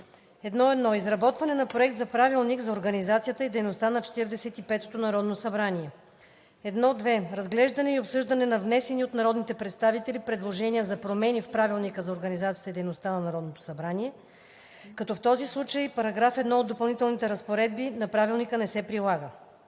дейност: 1.1. Изработване на проект за Правилник за организацията и дейността на Четиридесет и петото народно събрание. 1.2. Разглеждане и обсъждане на внесени от народните представители предложения за промени в Правилника за организацията и дейността на Народното събрание, като в този случай § 1 от Допълнителните разпоредби на Правилника не се прилага.